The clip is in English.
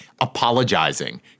apologizing